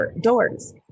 doors